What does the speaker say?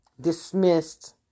Dismissed